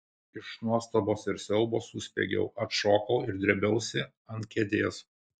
iš nuostabos ir siaubo suspiegiau atšokau ir drėbiausi ant kėdės